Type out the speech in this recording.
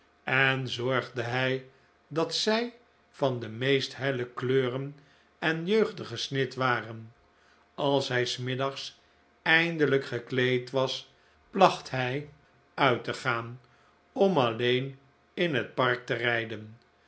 en zorgde hij dat zij van de meest helle kleuren en jeugdige snit waren als hij s middags eindelijk gekleed was placht hij uit te gaan om alleen in het park te rijden